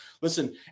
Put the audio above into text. Listen